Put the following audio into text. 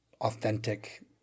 authentic